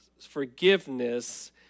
forgiveness